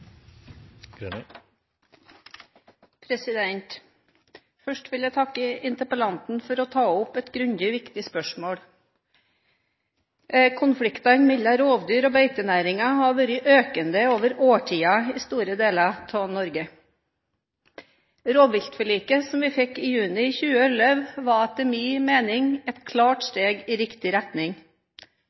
Først vil jeg takke interpellanten for å ta opp et grundig viktig spørsmål. Konfliktene mellom rovdyr og beitenæringen har vært økende over årtier i store deler av Norge. Rovviltforliket som vi fikk i juni 2011, var etter min mening et klart steg i riktig retning,